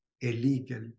illegal